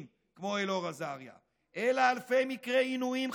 כמו אלאור אזריה אלא אלפי מקרי עינויים,